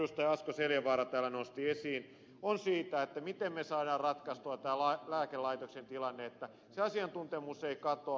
asko seljavaara täällä nosti esiin on siitä miten me saamme ratkaistua tämän lääkelaitoksen tilanteen että se asiantuntemus ei katoa